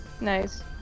Nice